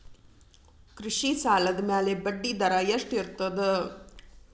ಕೃಷಿ ಸಾಲದ ಮ್ಯಾಲೆ ಬಡ್ಡಿದರಾ ಎಷ್ಟ ಇರ್ತದ?